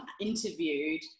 interviewed